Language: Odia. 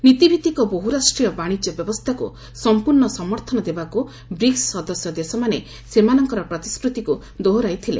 ନୀତିଭିତ୍ତିକ ବହୁରାଷ୍ଟ୍ରୀୟ ବାଣିଜ୍ୟ ବ୍ୟବସ୍ଥାକୁ ସମ୍ପୂର୍ଣ୍ଣ ସମର୍ଥନ ଦେବାକୁ ବ୍ରିକ୍ସ ସଦସ୍ୟ ଦେଶମାନେ ସେମାନଙ୍କର ପ୍ରତିଶ୍ରତିକୁ ଦୋହରାଇଥିଲେ